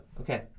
okay